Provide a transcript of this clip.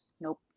Nope